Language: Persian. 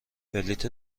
بلیت